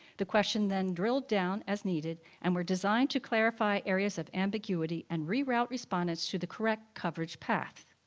the questions then drilled down, as needed, and were designed to clarify areas of ambiguity and reroute respondents to the correct coverage path.